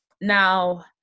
Now